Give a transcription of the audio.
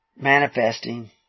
manifesting